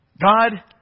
God